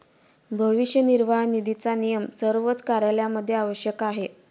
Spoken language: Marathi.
भविष्य निर्वाह निधीचा नियम सर्वच कार्यालयांमध्ये आवश्यक आहे